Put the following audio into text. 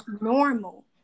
normal